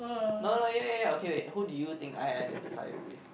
no no ya ya ya okay wait who do you think I identify with